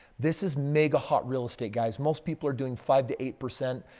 this is mega-hot real estate guys. most people are doing five to eight percent.